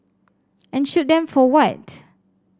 and shoot them for what